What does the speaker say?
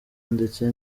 ndetse